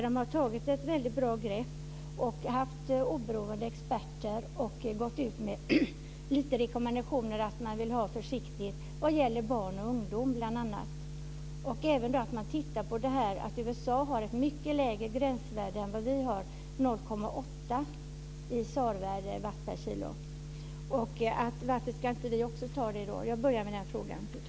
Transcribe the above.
De har tagit ett bra grepp om detta, och de har använt sig av oberoende experter och gått ut med rekommendationer om försiktighet vad gäller bl.a. barn och ungdom. USA har ett mycket lägre gränsvärde än vad vi har, 0,8 i SAR-värde, dvs. watt per kilo. Varför ska vi inte ha det värdet?